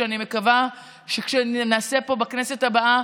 שאני מקווה שנעשה פה בכנסת הבאה,